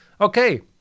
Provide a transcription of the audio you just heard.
Okay